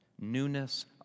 newness